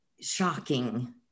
shocking